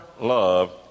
love